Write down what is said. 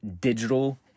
digital